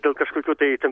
dėl kažkokių tai ten